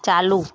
चालू